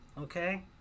okay